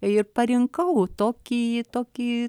ir parinkau tokį tokį